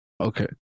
Okay